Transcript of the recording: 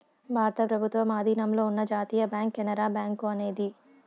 భారత ప్రభుత్వం ఆధీనంలో ఉన్న జాతీయ బ్యాంక్ కెనరా బ్యాంకు అనేది